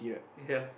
ya